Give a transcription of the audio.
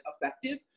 effective